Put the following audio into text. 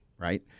Right